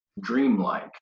dreamlike